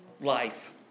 life